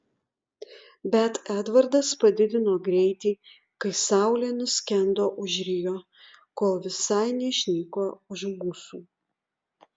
bet edvardas padidino greitį kai saulė nuskendo už rio kol visai neišnyko už mūsų